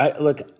look